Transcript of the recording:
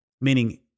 meaning